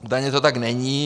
Údajně to tak není.